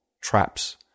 traps